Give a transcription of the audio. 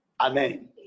amen